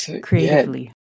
creatively